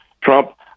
Trump